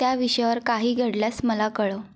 त्या विषयावर काही घडल्यास मला कळव